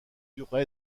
durent